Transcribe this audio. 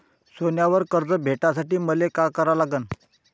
सोन्यावर कर्ज भेटासाठी मले का करा लागन?